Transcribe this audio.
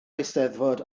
eisteddfod